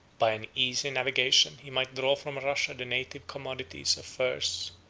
by an easy navigation he might draw from russia the native commodities of furs,